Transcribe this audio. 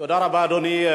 תודה רבה, אדוני.